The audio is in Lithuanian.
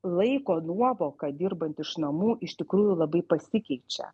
laiko nuovoka dirbant iš namų iš tikrųjų labai pasikeičia